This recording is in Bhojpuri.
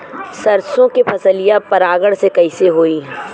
सरसो के फसलिया परागण से कईसे होई?